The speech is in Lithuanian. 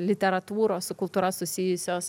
literatūros su kultūra susijusios